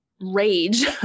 rage